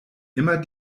immer